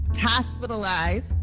hospitalized